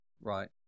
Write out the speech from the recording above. right